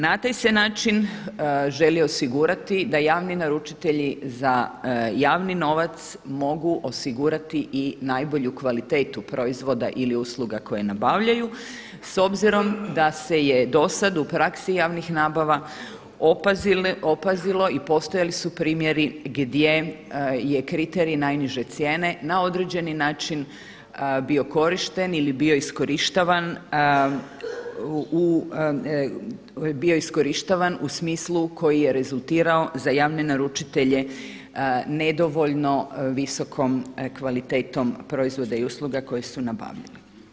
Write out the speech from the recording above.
Na taj se način želi osigurati da javni naručitelji za javni novac mogu osigurati i najbolju kvalitetu proizvoda ili usluga koje nabavljaju s obzirom da se je do sad u praksi javnih nabava opazilo i postojali su primjeri gdje je kriterij najniže cijene na određeni način bio korišten ili bio iskorištavan u smislu koji je rezultirao za javne naručitelje nedovoljno visokom kvalitetom proizvoda i usluga koji su nabavili.